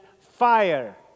fire